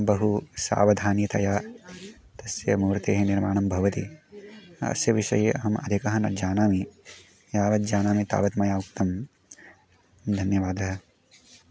बहु सावधानतया तस्य मूर्तेः निर्माणं भवति अस्य विषये अहम् अधिकं न जानामि यावत् जानामि तावत् मया उक्तं धन्यवादः